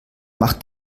mach